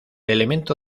elemento